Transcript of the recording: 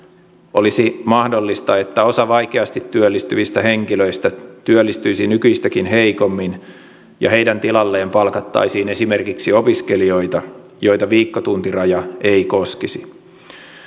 olisi mahdollista että osa vaikeasti työllistyvistä henkilöistä työllistyisi nykyistäkin heikommin ja heidän tilalleen palkattaisiin esimerkiksi opiskelijoita joita viikkotuntiraja ei koskisi